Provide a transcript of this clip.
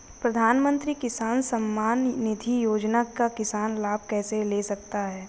प्रधानमंत्री किसान सम्मान निधि योजना का किसान लाभ कैसे ले सकते हैं?